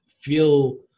feel